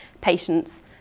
patients